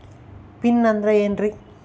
Pin ಅಂದ್ರೆ ಏನ್ರಿ?